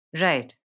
right